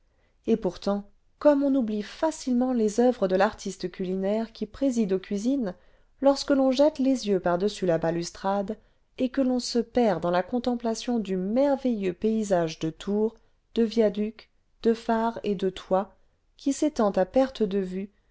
et pourtant comme on oublie facilement les oeuvres de l'artiste culinaire qui préside aux cuisines lorsque l'on jette les yeux par-dessus la balustrade et que l'on se perd dans la contemplation du merveilleux paysage de tours de viaducs de phares et de toits qui s'étend à perte de vue